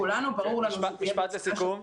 לכולנו ברור --- משפט לסיכום,